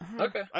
okay